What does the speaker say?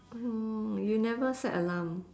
orh you never set alarm